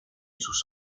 sus